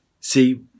See